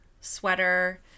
sweater